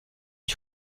ich